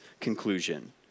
conclusion